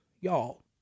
y'all